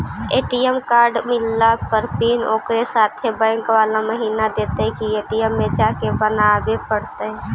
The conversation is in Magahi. ए.टी.एम कार्ड मिलला पर पिन ओकरे साथे बैक बाला महिना देतै कि ए.टी.एम में जाके बना बे पड़तै?